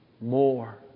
more